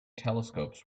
telescopes